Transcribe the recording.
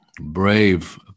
brave